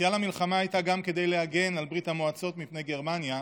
היציאה למלחמה הייתה גם כדי להגן על ברית המועצות מפני גרמניה,